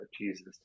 Jesus